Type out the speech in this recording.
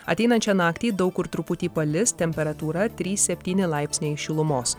ateinančią naktį daug kur truputį palis temperatūra trys septyni laipsniai šilumos